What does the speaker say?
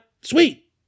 sweet